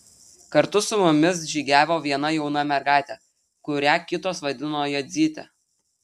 kartu su mumis žygiavo viena jauna mergaitė kurią kitos vadino jadzyte